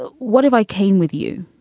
what if i came with you?